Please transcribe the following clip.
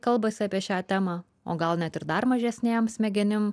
kalbasi apie šią temą o gal net ir dar mažesnėm smegenim